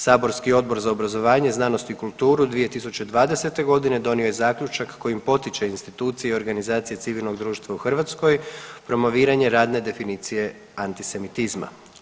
Saborski Odbor za obrazovanje, znanost i kulturu 2020. g. donio je zaključak kojim potiče institucije i organizacije civilnog društva u Hrvatskoj promoviranje radne definicije antisemitizma.